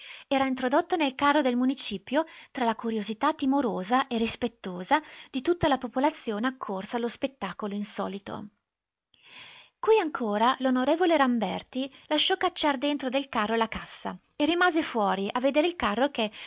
era introdotta nel carro del municipio tra la curiosità timorosa e rispettosa di tutta la popolazione accorsa allo spettacolo insolito qui ancora l'on ramberti lasciò cacciar dentro del carro la cassa e rimase fuori a vedere il carro che